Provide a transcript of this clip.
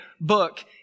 book